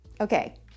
Okay